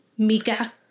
Mika